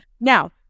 Now